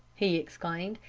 he exclaimed,